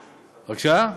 בבקשה?